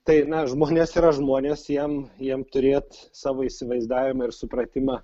tai na žmonės yra žmonės jiem jiem turėt savo įsivaizdavimą ir supratimą